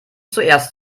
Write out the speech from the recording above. zuerst